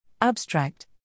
Abstract